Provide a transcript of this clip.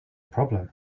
problem